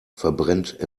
verbrennt